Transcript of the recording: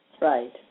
Right